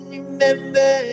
remember